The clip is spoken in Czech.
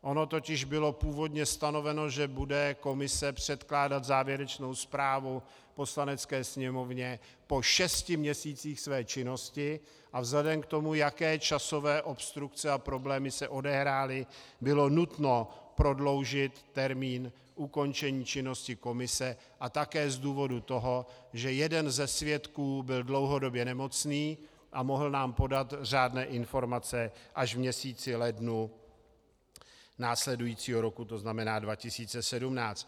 Ono totiž bylo původně stanoveno, že bude komise předkládat závěrečnou zprávu Poslanecké sněmovně po šesti měsících své činnosti a vzhledem k tomu, jaké časové obstrukce a problémy se odehrály, bylo nutno prodloužit termín ukončení činnosti komise a také z toho důvodu, že jeden ze svědků byl dlouhodobě nemocný a mohl nám podat řádné informace až v měsíci lednu následujícího roku, to znamená 2017.